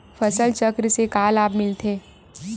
फसल चक्र से का लाभ मिलथे?